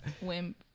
Wimp